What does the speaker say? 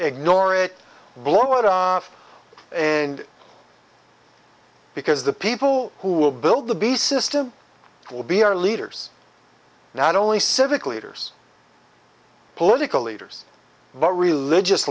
ignore it and blow it on and because the people who will build the be system will be our leaders not only civic leaders political leaders but religious